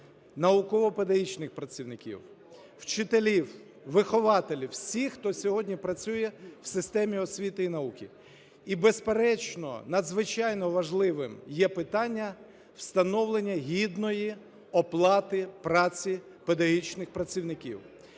науково-педагогічних працівників, вчителів, вихователів – всіх, хто сьогодні працює в системі освіти і науки. І, безперечно, надзвичайно важливим є питання встановлення гідної оплати праці педагогічних працівників.